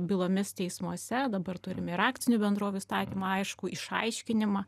bylomis teismuose dabar turim ir akcinių bendrovių įstatymą aiškų išaiškinimą